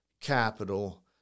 capital